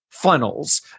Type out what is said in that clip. Funnels